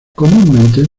comúnmente